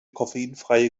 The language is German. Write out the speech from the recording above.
koffeinfreie